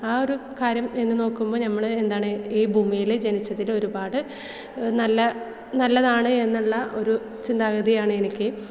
ആ ഒരു കാര്യം എന്ന് നോക്കുമ്പോൾ നമ്മൾ എന്താണ് ഈ ഭൂമിയിൽ ജനിച്ചതിൽ ഒരുപാട് നല്ല നല്ലതാണ് എന്നുള്ള ഒരു ചിന്താഗതിയാണ് എനിക്ക്